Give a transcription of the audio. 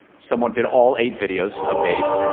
someone did all eight videos a bass